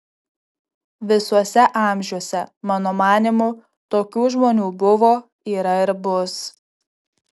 visuose amžiuose mano manymu tokių žmonių buvo yra ir bus